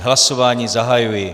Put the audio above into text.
Hlasování zahajuji.